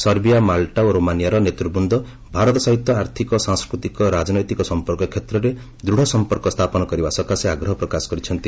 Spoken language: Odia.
ସର୍ବିଆ ମାଲଟା ଓ ରୋମାନିଆର ନେତୃ ବୃନ୍ଦ ଭାରତ ସହିତ ଆର୍ଥକ ସାଂସ୍କୃତିକ ରାଜନୈତିକ ସଂପର୍କ କ୍ଷେତ୍ରରେ ଦୃଢ଼ ସଂପର୍କ ସ୍ଥାପନ କରିବା ସକାଶେ ଆଗ୍ରହ ପ୍ରକାଶ କରିଛନ୍ତି